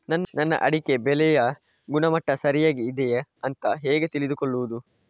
ನನ್ನ ಅಡಿಕೆ ಬೆಳೆಯ ಗುಣಮಟ್ಟ ಸರಿಯಾಗಿ ಇದೆಯಾ ಅಂತ ಹೇಗೆ ತಿಳಿದುಕೊಳ್ಳುವುದು?